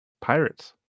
Pirates